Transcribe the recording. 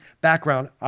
background